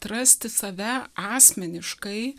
atrasti save asmeniškai